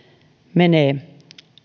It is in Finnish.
menee